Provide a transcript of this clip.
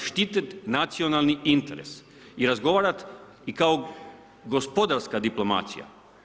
Štititi nacionalni interes i razgovarati kao gospodarska diplomacija.